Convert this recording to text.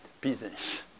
business